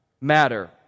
matter